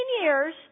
years